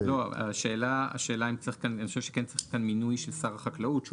אני חושב שכן צריך כאן מינוי של שר החקלאות.